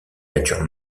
natures